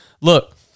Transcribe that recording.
Look